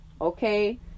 Okay